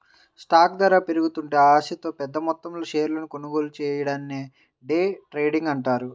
stock ధర పెరుగుతుందనే ఆశతో పెద్దమొత్తంలో షేర్లను కొనుగోలు చెయ్యడాన్ని డే ట్రేడింగ్ అంటారు